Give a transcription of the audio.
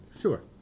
sure